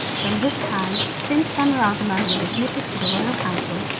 from this time prince camaralzaman was admitted to the royal council,